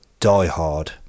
diehard